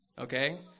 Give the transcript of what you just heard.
Okay